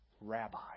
rabbi